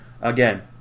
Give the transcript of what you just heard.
again